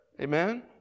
Amen